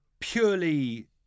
purely